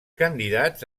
candidats